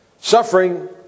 Suffering